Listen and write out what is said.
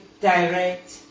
direct